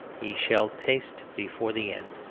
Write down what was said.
he shall taste before the end.